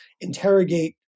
interrogate